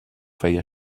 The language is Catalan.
feia